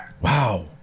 Wow